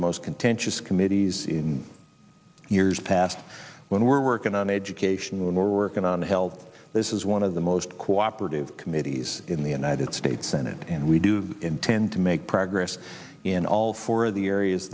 the most contentious committees in years past when we're working on education we're working on help this is one of the most cooperative committees in the united states senate and we do intend to make progress in all four of the areas